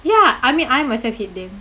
ya I mean I myself hate them